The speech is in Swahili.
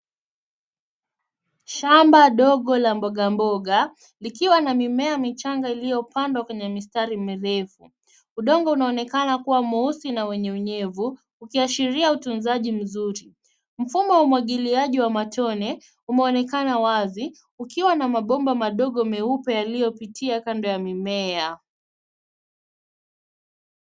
Shamba ndogo la mbogamboga, likiwa na mimea michanga iliyopandwa kwenye mistari mirefu. Udongo unaonekana kuwa mweusi na wenye unyevu, ukiashiria utunzaji mzuri. Mfumo wa umwagiliaji wa matone, umeonekana wazi, ukiwa na mabomba madogo meupe yaliyopitia kando ya mimea.